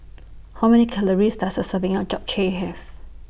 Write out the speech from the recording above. How Many Calories Does A Serving of Japchae Have